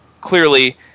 clearly